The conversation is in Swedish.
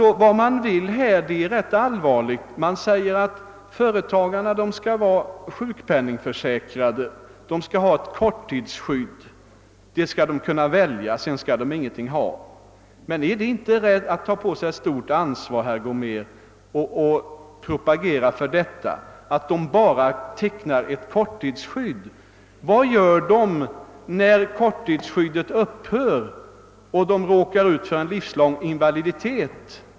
Den ändring man vill göra är rätt allvarlig. Man säger att företagarna skall vara sjukpenningförsäkrade och ha ett korttidsskydd. Detta skall de kunna välja — därutöver skall de ingenting ha. Men är det inte att ta på sig ett stort ansvar, herr Gomér, att propagera för att företagarna bara skall teckna ett korttidsskydd? Vad gör vederbörande när korttidsskyddet upphör, om de råkar ut för livslång invaliditet?